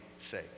say